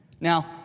Now